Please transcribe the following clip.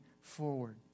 forward